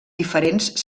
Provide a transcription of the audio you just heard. diferents